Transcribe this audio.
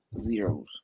zeros